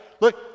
Look